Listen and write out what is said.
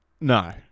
No